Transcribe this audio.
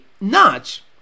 notch